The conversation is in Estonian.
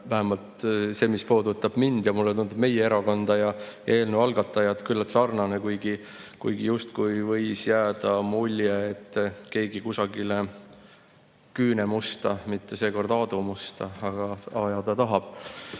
vähemalt see, mis puudutab mind ja mulle tundub, et meie erakonda ja eelnõu algatajat – küllalt sarnane, kuigi justkui võis jääda mulje, et keegi kusagile küünemusta, mitte seekord Aadu Musta, ajada tahab.